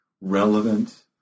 relevant